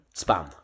spam